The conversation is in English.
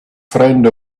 friend